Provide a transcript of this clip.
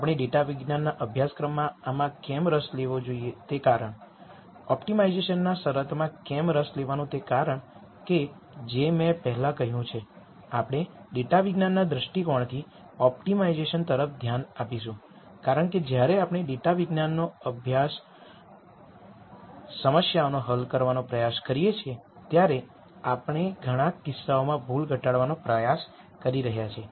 આપણે ડેટાવિજ્ઞાનના અભ્યાસક્રમમાં આમાં કેમ રસ લેવો જોઈએ તે કારણ ઓપ્ટિમાઇઝેશનના શરતમાં કેમ રસ લેવાનું તે કારણ કે જે મેં પહેલાં કહ્યું છે આપણે ડેટાવિજ્ઞાનના દૃષ્ટિકોણથી ઓપ્ટિમાઇઝેશન તરફ ધ્યાન આપીશું કારણ કે જ્યારે આપણે ડેટાવિજ્ઞાનની સમસ્યાઓને હલ કરવાનો પ્રયાસ કરીએ છીએ ત્યારે આપણે ઘણા કિસ્સાઓમાં ભૂલ ઘટાડવાનો પ્રયાસ કરી રહ્યા છીએ